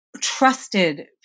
trusted